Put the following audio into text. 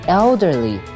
elderly